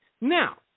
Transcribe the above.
now